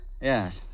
Yes